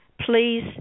Please